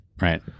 Right